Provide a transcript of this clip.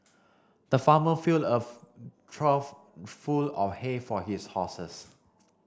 the farmer filled of trough full of hay for his horses